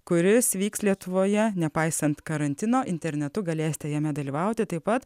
kuris vyks lietuvoje nepaisant karantino internetu galėsite jame dalyvauti taip pat